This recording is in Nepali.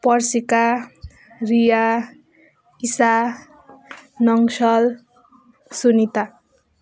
पर्सिका रिया इशा नङसल सुनिता